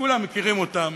וכולם מכירים אותן,